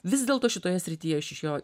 vis dėlto šitoje srityje aš iš jo